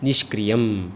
निष्क्रियम्